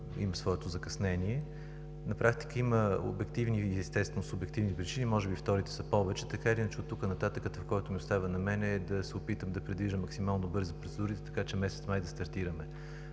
има закъснение. На практика има обективни и естествено субективни причини, може би вторите са повече. Оттук нататък, това което ми остава на мен, е да придвижа максимално бързо процедурите, така че месец май да стартираме.